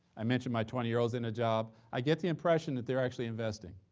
i mention my twenty year old's in a job. i get the impression that they're actually investing.